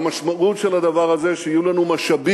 והמשמעות של הדבר הזה היא שיהיו לנו משאבים